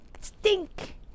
stink